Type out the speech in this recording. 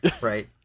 right